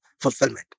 fulfillment